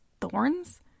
thorns